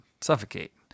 suffocate